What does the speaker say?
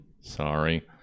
sorry